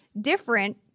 different